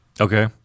Okay